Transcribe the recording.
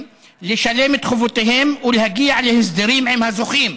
לשלם את חובותיהם ולהגיע להסדרים עם הזוכים.